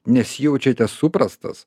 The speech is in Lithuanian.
nesijaučiate suprastas